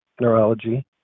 neurology